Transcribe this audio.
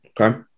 Okay